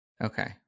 Okay